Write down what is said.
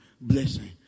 blessing